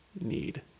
need